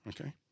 Okay